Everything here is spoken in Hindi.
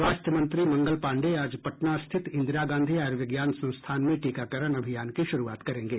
स्वास्थ्य मंत्री मंगल पांडेय आज पटना स्थित इंदिरा गांधी आयूर्विज्ञान संस्थान में टीकाकरण अभियान की श्रूआत करेंगे